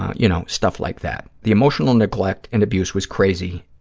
you know, stuff like that. the emotional neglect and abuse was crazy,